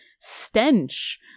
stench